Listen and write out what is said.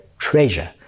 treasure